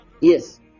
Yes